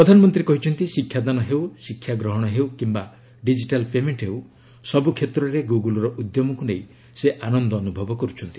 ପ୍ରଧାନମନ୍ତ୍ରୀ କହିଛନ୍ତି ଶିକ୍ଷାଦାନ ହେଉ ଶିକ୍ଷାଗ୍ରହଣ ହେଉ କିମ୍ବା ଡିଜିଟାଲ୍ ପେମେଣ୍ଟ ହେଉ ସବୁ କ୍ଷେତ୍ରରେ ଗୁଗୁଲର ଉଦ୍ୟମକୁ ନେଇ ସେ ଆନନ୍ଦ ଅନୁଭବ କରୁଛନ୍ତି